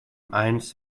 eins